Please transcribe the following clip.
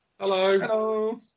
Hello